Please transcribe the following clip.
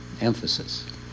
emphasis